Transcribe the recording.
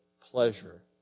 pleasure